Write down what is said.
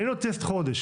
אין לו טסט כבר חודש,